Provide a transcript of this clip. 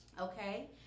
Okay